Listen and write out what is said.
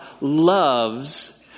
loves